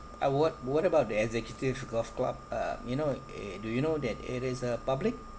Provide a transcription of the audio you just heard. uh what what about the executive golf club uh you know uh do you know that it is a public